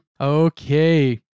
Okay